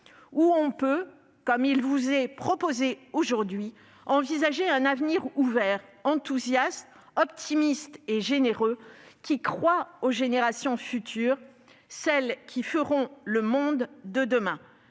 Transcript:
l'on peut, comme nous vous le proposons, envisager un avenir ouvert, enthousiaste, optimiste et généreux qui croit aux générations futures, celles qui feront le monde de demain.